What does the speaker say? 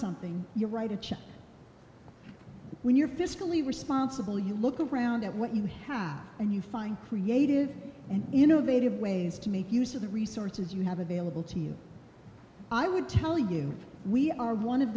something you're right when you're fiscally responsible you look around at what you have and you find creative and innovative ways to make use of the resources you have available to you i would tell you we are one of